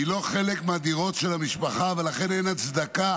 היא לא חלק מהדירות של המשפחה, ולכן אין הצדקה